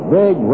big